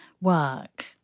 work